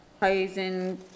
Housing